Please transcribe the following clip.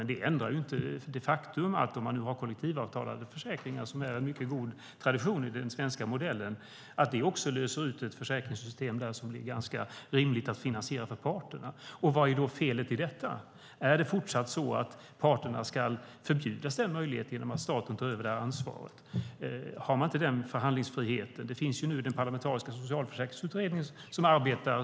Men det ändrar inte det faktum att om man har kollektivavtalade försäkringar, som är en mycket god tradition i den svenska modellen, löser det också ut ett försäkringssystem som blir ganska rimligt att finansiera för parterna. Och vad är då felet i detta? Är det fortsatt så att parterna ska förbjudas denna möjlighet genom att staten tar över ansvaret? Har man inte denna förhandlingsfrihet? Nu finns den parlamentariska socialförsäkringsutredningen som arbetar.